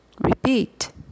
Repeat